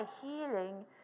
healing